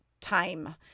time